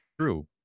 true